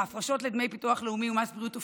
ההפרשות לדמי ביטוח לאומי ומס בריאות הופחתו,